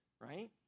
right